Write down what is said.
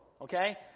okay